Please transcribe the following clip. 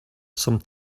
some